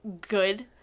good